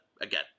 Again